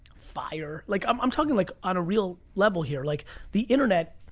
fire, like um i'm talking like on a real level here, like the internet,